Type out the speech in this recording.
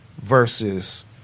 versus